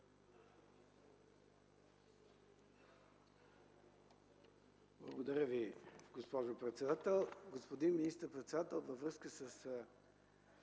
Благодаря Ви, госпожо председател. Господин министър-председател, във връзка с